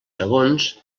segons